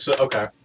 Okay